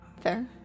Fair